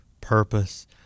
purpose